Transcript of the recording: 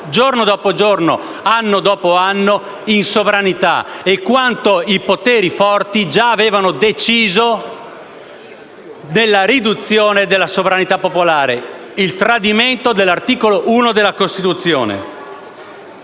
giorno dopo giorno, anno dopo anno, in termini di sovranità e quanto i poteri forti già avevano deciso della riduzione della sovranità popolare: il tradimento dell'articolo 1 della Costituzione.